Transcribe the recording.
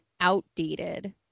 outdated